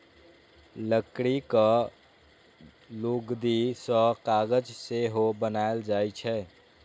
लकड़ीक लुगदी सं कागज सेहो बनाएल जाइ छै